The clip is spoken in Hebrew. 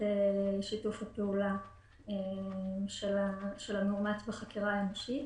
שיתוף הפעולה של המאומת בחקירה האנושית.